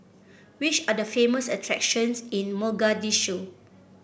which are the famous attractions in Mogadishu